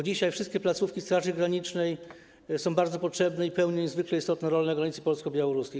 Dzisiaj wszystkie placówki Straży Granicznej są bardzo potrzebne i pełnią niezwykle istotne funkcje na granicy polsko-białoruskiej.